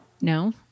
No